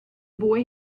boy